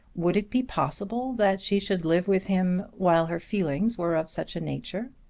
would it be possible that she should live with him while her feelings were of such a nature?